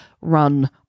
run